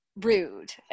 Rude